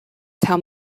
tell